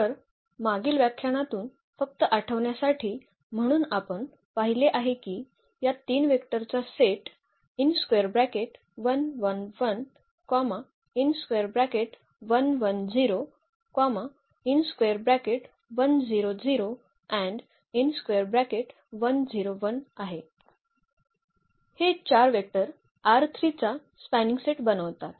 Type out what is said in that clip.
तर मागील व्याख्यानातून फक्त आठवण्यासाठी म्हणून आपण पाहिले आहे की या 3 वेक्टर चा सेट आहे हे 4 वेक्टर चा स्पॅनिंग सेट बनवतात